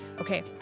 Okay